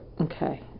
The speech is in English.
Okay